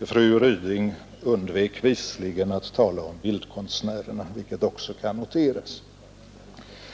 Fru Ryding undvek visligen att tala om bildkonstnärerna, vilket också kan noteras.